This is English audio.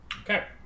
Okay